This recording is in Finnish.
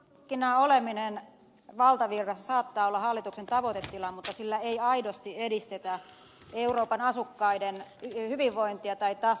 uppotukkina oleminen valtavirrassa saattaa olla hallituksen tavoitetila mutta sillä ei aidosti edistetä euroopan asukkaiden hyvinvointia tai tasa arvoa